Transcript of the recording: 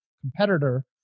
competitor